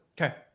Okay